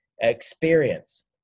experience